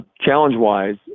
Challenge-wise